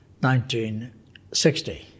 1960